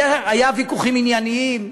היו ויכוחים ענייניים,